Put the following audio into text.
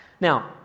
Now